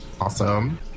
Awesome